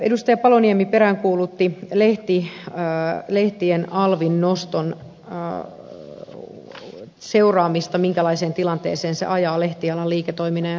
edustaja paloniemi peräänkuulutti lehtien alvin noston seuraamista minkälaiseen tilanteeseen se ajaa lehtialan liiketoiminnan ja toiminnan edellytykset